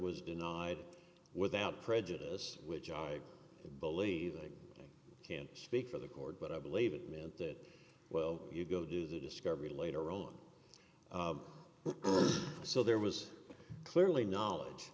was denied without prejudice which i believe that i can't speak for the court but i believe it meant that well you go to the discovery later on so there was clearly knowledge